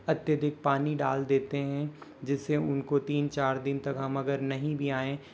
अत्यधिक पानी डाल देते हैं जिससे उनको तीन चार दिन तक हम अगर नहीं भी आए